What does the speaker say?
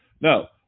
No